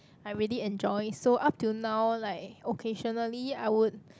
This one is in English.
I really enjoy so up till now like occasionally I would